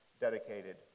dedicated